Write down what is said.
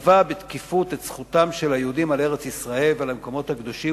כשתבע בתקיפות את זכותם של היהודים על ארץ-ישראל ועל המקומות הקדושים,